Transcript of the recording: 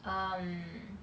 um